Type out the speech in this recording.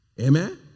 Amen